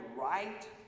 right